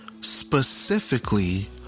Specifically